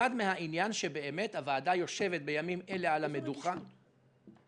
לבד מהעניין שבאמת הוועדה יושבת בימים אלה על המדוכה --- איפה רגישות?